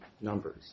numbers